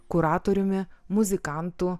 kuratoriumi muzikantu